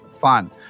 fun